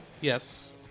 Yes